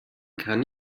kann